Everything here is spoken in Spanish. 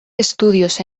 estudios